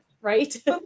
right